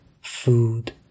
food